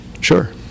Sure